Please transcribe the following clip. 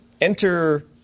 Enter